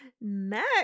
Next